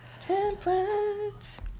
temperance